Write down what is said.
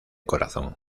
corazón